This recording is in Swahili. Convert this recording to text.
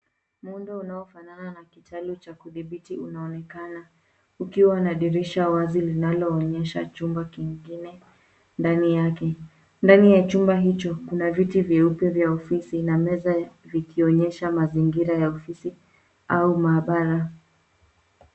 Muundo unaofanana na kitalu cha kudhibiti unaonekana ukiwa na dirisha wazi linaloonyesha chumba kingine ndani yake. Ndani ya chumba hicho, kuna viti vyeupe vya ofisi na meza vikionyesha mazingira ya ofisi au maabara.